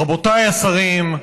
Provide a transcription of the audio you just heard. רבותיי השרים,